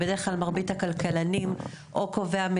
ובדרך כלל מרבית הכלכלנים או קובעי